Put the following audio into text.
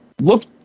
Look